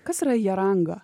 kas yra jaranga